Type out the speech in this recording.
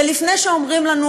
ולפני שאומרים לנו,